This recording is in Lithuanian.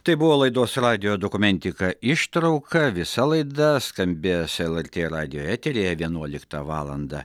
tai buvo laidos radijo dokumentika ištrauka visa laida skambės lrt radijo eteryje vienuoliktą valandą